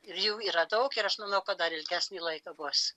ir jų yra daug ir aš manau kad dar ilgesnį laiką bus